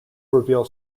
reveal